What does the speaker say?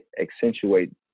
accentuate